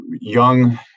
young